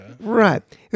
right